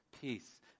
peace